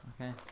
Okay